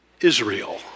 Israel